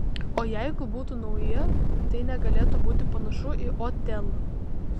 o jeigu būtų nauja tai negalėtų būti panašu į otelą